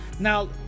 Now